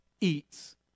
eats